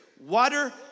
water